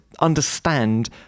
understand